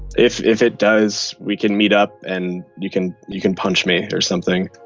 if if it does, we can meet up and you can you can punch me or something